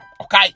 okay